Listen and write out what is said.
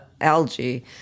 algae